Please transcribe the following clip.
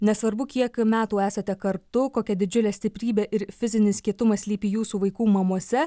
nesvarbu kiek metų esate kartu kokia didžiulė stiprybė ir fizinis kietumas slypi jūsų vaikų mamose